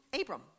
Abram